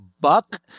Buck